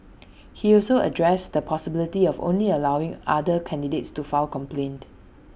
he also addressed the possibility of only allowing other candidates to file complaints